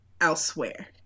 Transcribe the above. elsewhere